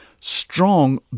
strong